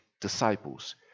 disciples